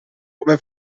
come